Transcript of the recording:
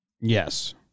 Yes